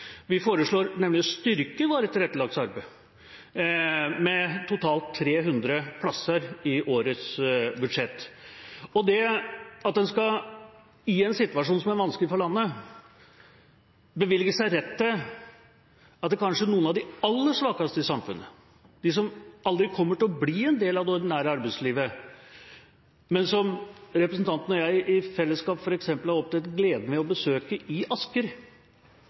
Vi foreslår nemlig å styrke varig tilrettelagt arbeid med totalt 300 plasser i årets budsjett. Og det at en, i en situasjon som er vanskelig for landet, skal bevilge seg rett til å ta pengene fra noen av de kanskje aller svakeste i samfunnet – de som aldri kommer til å bli en del av det ordinære arbeidslivet, f.eks. de som representanten og jeg i fellesskap har hatt gleden av å besøke i Asker